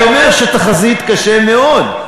אני אומר שתחזית קשה מאוד.